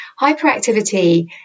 Hyperactivity